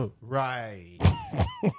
Right